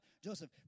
Joseph